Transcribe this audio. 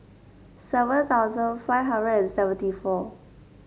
seven thousand five hundred and seventy four